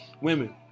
women